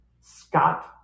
Scott